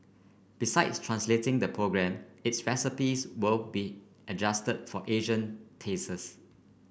besides translating the program its recipes will be adjust for Asian tastes